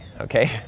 okay